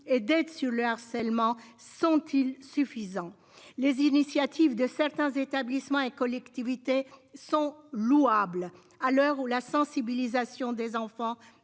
et d'être sur le harcèlement sont-ils suffisants. Les initiatives de certains établissements et collectivités sont louables à l'heure où la sensibilisation des enfants